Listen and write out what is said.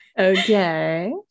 Okay